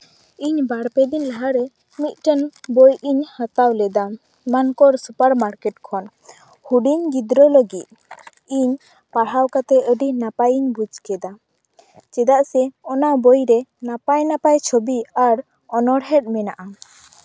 ᱤᱧ ᱵᱟᱨ ᱯᱮ ᱫᱤᱱ ᱞᱟᱦᱟᱨᱮ ᱢᱤᱫᱴᱮᱱ ᱵᱳᱭ ᱤᱧ ᱦᱟᱛᱟᱣ ᱞᱮᱫᱟ ᱢᱟᱱᱠᱚᱲ ᱥᱩᱯᱟᱨ ᱢᱟᱨᱠᱮᱴ ᱠᱷᱚᱱ ᱦᱩᱰᱤᱧ ᱜᱤᱫᱽᱨᱟᱹ ᱞᱟᱹᱜᱤᱫ ᱤᱧ ᱯᱟᱲᱦᱟᱣ ᱠᱟᱛᱮᱫ ᱟᱹᱰᱤ ᱱᱟᱯᱟᱭᱤᱧ ᱵᱩᱡᱽ ᱠᱮᱫᱟ ᱪᱮᱫᱟᱜ ᱥᱮ ᱚᱱᱟ ᱵᱳᱭ ᱨᱮ ᱱᱟᱯᱟᱭ ᱱᱟᱯᱟᱭ ᱪᱷᱚᱵᱤ ᱟᱨ ᱚᱱᱚᱬᱦᱮ ᱢᱮᱱᱟᱜᱼᱟ